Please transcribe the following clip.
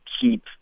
keep